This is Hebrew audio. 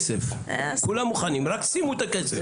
כולם מוכנים, רק שימו את הכסף.